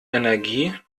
energie